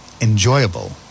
enjoyable